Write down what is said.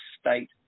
state